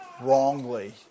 wrongly